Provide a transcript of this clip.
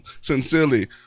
Sincerely